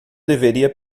deveria